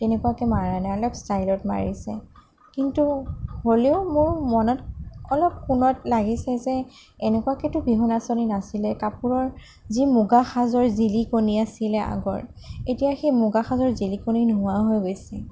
তেনেকুৱাকৈ মৰা নাই অলপ ষ্টাইলত মাৰিছে কিন্তু হ'লেও মোৰ মনত অলপ কোণত লাগিছে যে এনেকুৱাকেতো বিহু নাচনী নাচিলে কাপোৰৰ যি মূগা সাজৰ জিলিকনি আছিলে আগৰ এতিয়া সেই মূগা সাজৰ জিলিকনি নোহোৱা হৈ গৈছে